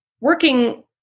working